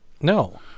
No